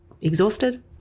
exhausted